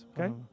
Okay